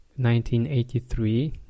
1983